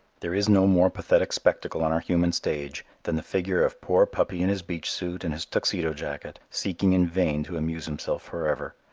there is no more pathetic spectacle on our human stage than the figure of poor puppy in his beach suit and his tuxedo jacket seeking in vain to amuse himself for ever.